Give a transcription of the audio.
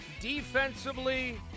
defensively